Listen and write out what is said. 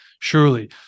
surely